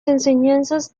enseñanzas